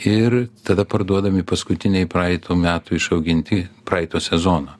ir tada parduodami paskutiniai praeitų metų išauginti praeito sezono